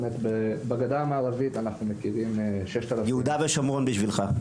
בגדה המערבית אנחנו --- יהודה ושומרון בשבילך.